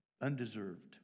undeserved